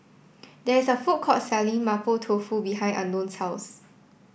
there is a food court selling Mapo Tofu behind Unknown's house